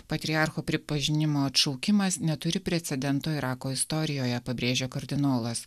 patriarcho pripažinimo atšaukimas neturi precedento irako istorijoje pabrėžė kardinolas